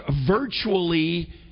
virtually